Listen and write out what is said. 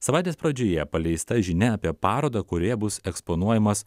savaitės pradžioje paleista žinia apie parodą kurioje bus eksponuojamas